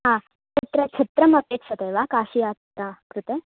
हा तत्र छत्रमपेक्षते वा काशियात्रायाः कृते